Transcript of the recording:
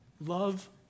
Love